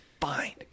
Fine